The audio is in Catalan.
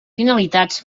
finalitats